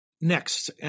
next